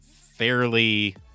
fairly